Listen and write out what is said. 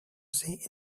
say